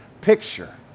picture